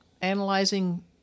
analyzing